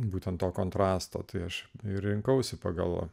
būtent to kontrasto tai aš rinkausi pagal